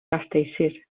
castellcir